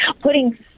putting